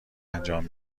انجام